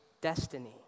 destiny